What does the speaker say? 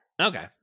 Okay